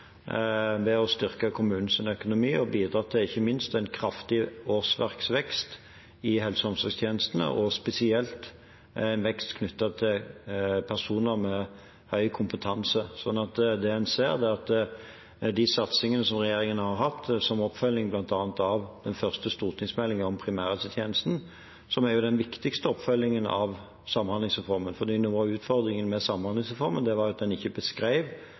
ved å styrke kommunenes økonomi og ikke minst bidra til en kraftig årsverksvekst i helse- og omsorgstjenestene, og spesielt vekst knyttet til personer med høy kompetanse. Det en ser, er de satsingene regjeringen har hatt, bl.a. som oppfølging av den første stortingsmeldingen om primærhelsetjenesten, som er den viktigste oppfølgingen av samhandlingsreformen. Noe av utfordringen med samhandlingsreformen er at den ikke beskrev